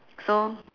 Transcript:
so